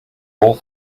all